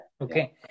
Okay